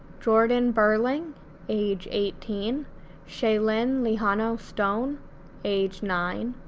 jordan burling age eighteen shaelynn lehanostone age nine,